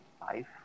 life